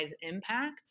impact